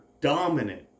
dominant